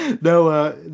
No